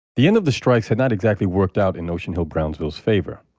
the end of the strikes had not exactly worked out in ocean hill-brownsville's favor.